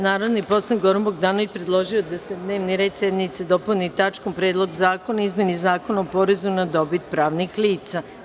Narodni poslanik Goran Bogdanović predložio je da se dnevni red sednice dopuni tačkom – Predlog zakona o izmeni Zakona o porezu na dobit pravnih lica.